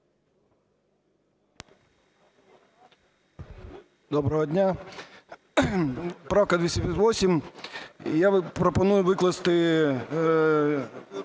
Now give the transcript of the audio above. Доброго дня! Правка 258, і я пропоную викласти: